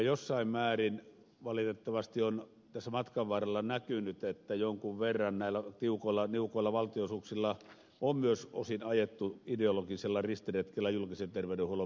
jossain määrin valitettavasti on tässä matkan varrella näkynyt että jonkun verran näillä niukoilla valtionosuuksilla on myös osin ajettu ideologisella ristiretkellä julkisen terveydenhuollon murentamiseen